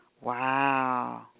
Wow